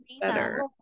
better